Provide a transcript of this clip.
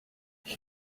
ich